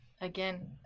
again